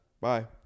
Bye